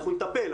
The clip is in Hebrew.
אנחנו נטפל.